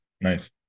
nice